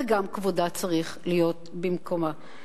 וגם כבודה צריך להיות במקומה.